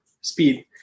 speed